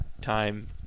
time